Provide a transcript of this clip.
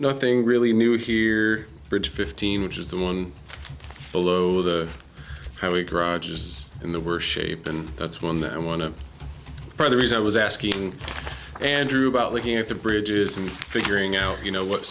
nothing really new here bridge fifteen which is the one below the how week rodgers in the worst shape and that's one that i want to buy the reason i was asking andrew about looking at the bridges and figuring out you know what